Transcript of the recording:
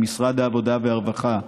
למשרד העבודה והרווחה,